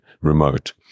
remote